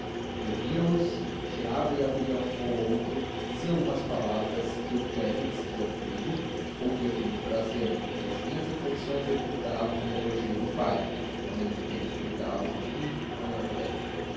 italiano eu via os tirava e abria um ou outro dizia alguma palavra que o félix que ia comigo ouvia com muito prazer porque as minhas reflexões redundavam em elogio do pai ao mesmo tempo que lhe davam de mim maior idéia